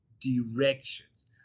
directions